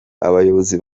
abayobozi